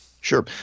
Sure